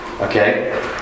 Okay